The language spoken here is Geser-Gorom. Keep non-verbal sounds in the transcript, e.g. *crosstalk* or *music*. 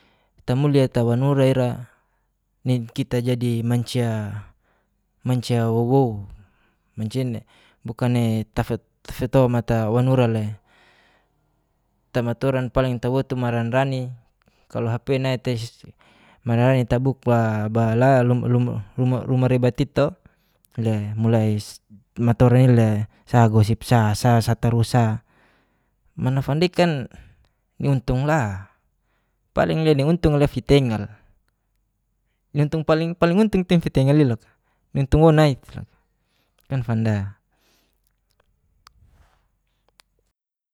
Tamulia tawanura ira nai kita jadi mancia *hesitation* wouwo, *unintelligible* bukan'e *unintelligible* ttafito mata wanura le. Tamatoran paling tawotu maranrani kalo hp nai te *unintelligible* tabukba bahala *unintelligible* rumara bait'i to mulai *hesitation* *unintelligible* sa gosipsa satarusa mana fanditkan niuntungla paling le dia untung le fitengara *unintelligible* paling untung'te fitenga le loka *unintelligible* kan fanda